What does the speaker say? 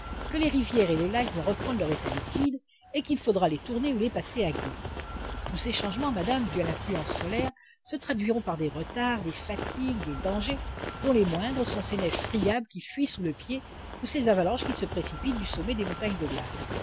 que les rivières et les lacs vont reprendre leur état liquide et qu'il faudra les tourner ou les passer à gué tous ces changements madame dus à l'influence solaire se traduiront par des retards des fatigues des dangers dont les moindres sont ces neiges friables qui fuient sous le pied ou ces avalanches qui se précipitent du sommet des montagnes de glace